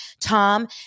Tom